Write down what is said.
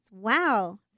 wow